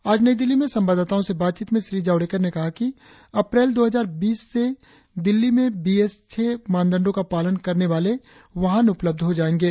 आज नई दिल्ली में संवाददाताओ से बातचीत में श्री जावडेकर ने कहा कि अप्रैल दो हजार बीस से दिल्ली में बीएस छह मानदंडों का पालन करने वाले वाहन उपलब्ध हो जाएंगे